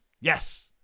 Yes